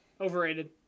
Overrated